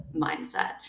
mindset